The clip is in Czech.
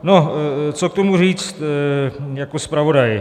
No, co k tomu říct jako zpravodaj.